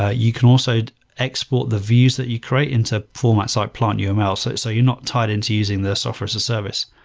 ah you can also export the views that you create into a format site plantuml. so so you're not tied into using the software as a service.